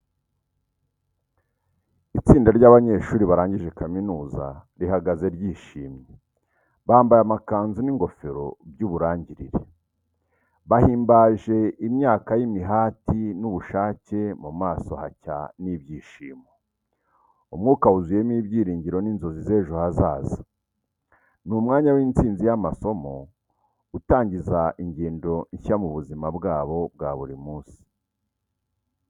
Itsinda ry’abanyeshuri barangije kaminuza rihagaze ryishimye, bambaye amakanzu n’ingofero by’uburangirire. Bahimbaje imyaka y’imihati n’ubushake, mu maso hacya n’ibyishimo. Umwuka wuzuyemo ibyiringiro n’inzozi z'ejo hazaza. Ni umwanya w’intsinzi y'amasomo, utangiza ingendo nshya mu buzima bwabo bwa buri munsi.